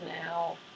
now